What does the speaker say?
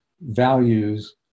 Values